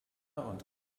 und